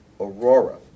Aurora